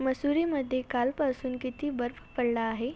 मसुरीमध्ये कालपासून किती बर्फ पडला आहे